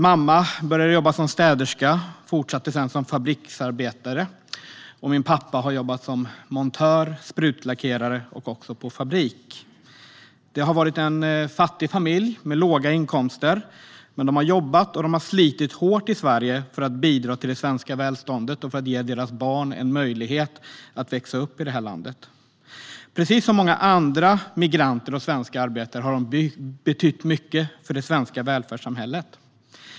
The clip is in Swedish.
Mamma började jobba som städerska och fortsatte sedan som fabriksarbetare. Min pappa har jobbat som montör, sprutlackerare och på fabrik. Vi har varit en fattig familj med låga inkomster, men mina föräldrar har jobbat och slitit hårt i Sverige för att bidra till det svenska välståndet och för att ge sina barn en möjlighet att växa upp i det här landet. Precis som många andra migranter och svenska arbetare har de betytt mycket för det svenska välfärdssamhället.